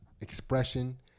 Expression